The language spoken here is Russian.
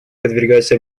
подвергаются